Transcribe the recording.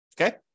Okay